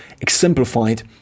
exemplified